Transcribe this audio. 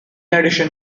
addition